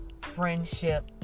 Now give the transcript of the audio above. friendship